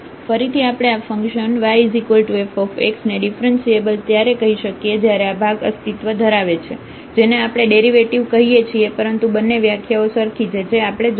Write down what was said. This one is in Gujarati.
ફરીથી આપણે આ ફંક્શન yf ને ડિફ્રન્સિએબલ ત્યારે કહી શકીએ જયારે આ ભાગ અસ્તિત્વ ધરાવે છે જેને આપણે ડેરિવેટિવ કહીએ છીએ પરંતુ બંને વ્યાખ્યાઓ સરખી છે જે આપણે જોઈ છે